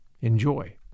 Enjoy